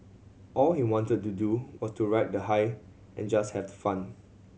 all he wanted to do was to ride the high and just have the fun